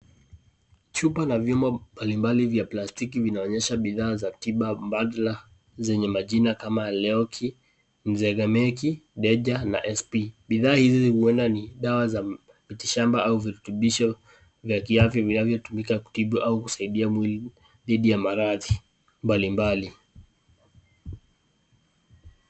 Chupa na vyombo mbalimbali vya plastiki vinaonyesha bidhaa vya tiba mbadala zenye majina kama leoki, nzegamiki, deja na sp. Bidhaa hizi huenda ni dawa za mitishamba au virutubisho vya kiafya vinavyotumika kutibu au kusaidia mwili dhidi ya maradhi mbalimbali.